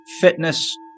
fitness